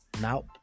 now